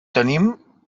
tenim